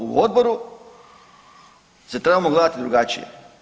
U odboru se trebamo gledati drugačije.